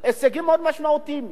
הישגיים מאוד משמעותיים.